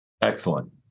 Excellent